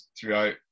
throughout